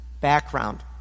background